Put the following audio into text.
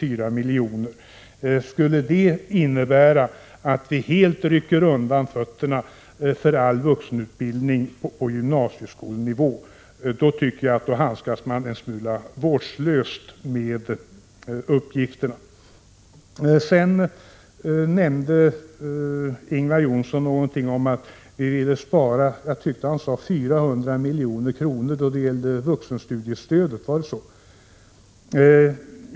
När man påstår att det skulle innebära att vi helt rycker undan fötterna på all vuxenutbildning på gymnasieskolenivå, anser jag att man handskas en smula vårdslöst med uppgifterna. Sedan nämnde Ingvar Johnsson någonting om att vi ville spara — jag tyckte han sade 400 miljoner, var det så? — då det gällde vuxenstudiestödet.